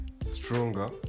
Stronger